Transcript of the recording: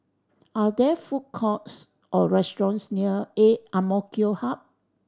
are there food courts or restaurants near A M K Hub